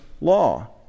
law